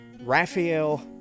Raphael